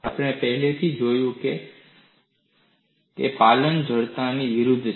આપણે પહેલેથી જ જોયું છે કે પાલન જડતાની વિરુદ્ધ છે